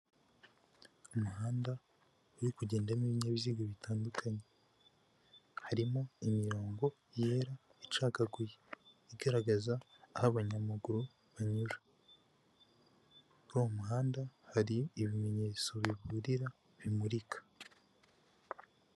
Umuhanda uri kugendamo ibinyabiziga bitandukanye harimo imirongo yera icagaguye, igaragaza aho abanyamaguru banyura mu muhanda hari ibimenyetso biburira bimurika.